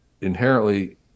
inherently